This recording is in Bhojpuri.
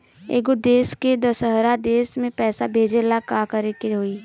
एगो देश से दशहरा देश मे पैसा भेजे ला का करेके होई?